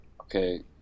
okay